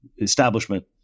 establishment